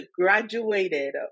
graduated